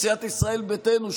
סיעת ישראל ביתנו,